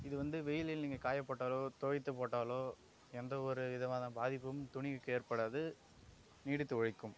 இது வந்து வெயிலில் நீங்கள் காயப் போட்டாலோ துவைத்து போட்டாலோ எந்த ஒரு இதுவாக தான் பாதிப்பும் துணிக்கு ஏற்படாது நீடித்து உழைக்கும்